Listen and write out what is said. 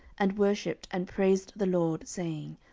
and worshipped, and praised the lord, saying,